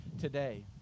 today